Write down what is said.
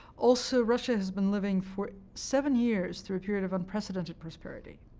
also, russia has been living for seven years through a period of unprecedented prosperity,